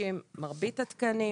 מאוישים מרבית התקנים.